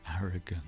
arrogant